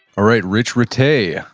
alright, rich ratay,